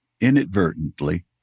inadvertently